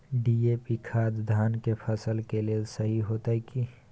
DAP खाद धान के फसल के लेल सही होतय की?